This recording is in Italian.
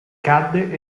cadde